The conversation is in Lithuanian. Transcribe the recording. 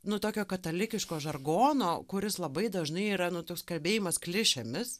nu tokio katalikiško žargono kuris labai dažnai yra nu toks kalbėjimas klišėmis